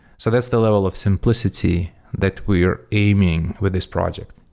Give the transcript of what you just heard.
so that's the level of simplicity that we're aiming with this project.